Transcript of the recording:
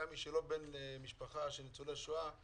גם למי שהוא לא בן למשפחה של ניצולי שואה.